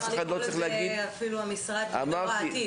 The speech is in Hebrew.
אפשר לקרוא לזה המשרד לדור העתיד.